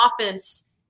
offense